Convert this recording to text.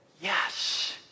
yes